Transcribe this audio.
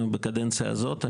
בקדנציה הזאת.